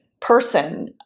person